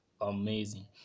amazing